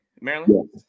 Maryland